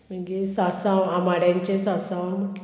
मागीर सासव आंबाड्यांचे सासव